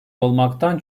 olmaktan